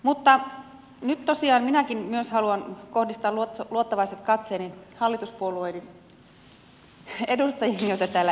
mutta nyt tosiaan minäkin myös haluan kohdistaa luottavaiset katseeni hallituspuolueiden edustajiin joita täällä istuu